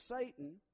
Satan